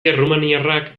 errumaniarrak